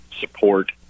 support